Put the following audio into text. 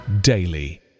daily